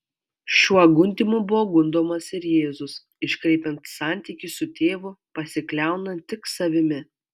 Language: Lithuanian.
šiuo gundymu buvo gundomas ir jėzus iškreipiant santykį su tėvu pasikliaunant tik savimi